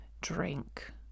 drink